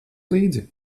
līdzi